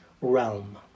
realm